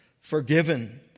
forgiven